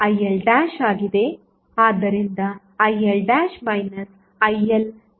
ಆದ್ದರಿಂದ IL IL ಎಂಬುದುಗೆ ΔIಸಮನಾಗಿರುತ್ತದೆ